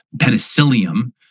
penicillium